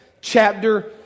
chapter